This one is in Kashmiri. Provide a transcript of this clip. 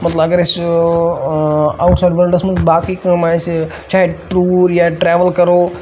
مطلب اگر اَسہِ آوُٹ سایڈ ؤلڈَس منٛز باقٕے کٲم آسہِ چاہے ٹوٗر یا ٹرٛیوٕل کَرو